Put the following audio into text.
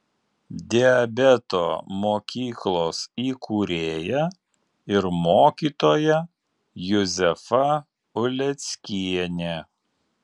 diabeto mokyklos įkūrėja ir mokytoja juzefa uleckienė